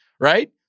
right